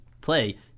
play